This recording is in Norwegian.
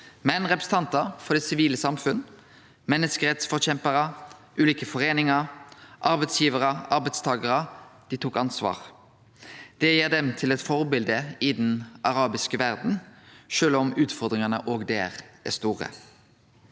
Men representantar for det sivile samfunnet – menneskerettsforkjemparar, ulike foreiningar, arbeidsgivarar, arbeidstakarar – tok ansvar. Det gjer dei til forbilde i den arabiske verda, sjølv om utfordringane òg der